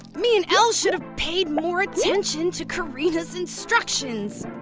me and elle should have paid more attention to karina's instructions!